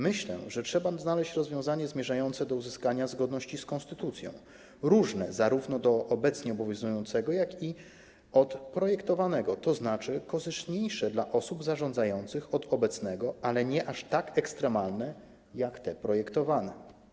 Myślę, że trzeba znaleźć rozwiązanie zmierzające do uzyskania zgodności z konstytucją, inne niż zarówno obecnie obowiązujące, jak i projektowane, tzn. korzystniejsze dla osób zarządzających niż obecne, ale nie aż tak ekstremalne jak te projektowane.